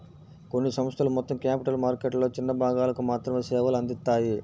కొన్ని సంస్థలు మొత్తం క్యాపిటల్ మార్కెట్లలో చిన్న భాగాలకు మాత్రమే సేవలు అందిత్తాయి